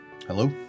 Hello